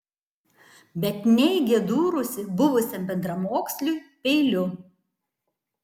bet neigė dūrusi buvusiam bendramoksliui peiliu